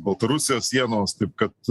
baltarusijos sienos taip kad